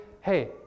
hey